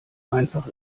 einfach